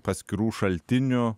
paskirų šaltinių